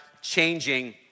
changing